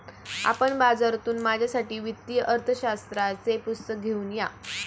आपण बाजारातून माझ्यासाठी वित्तीय अर्थशास्त्राचे पुस्तक घेऊन या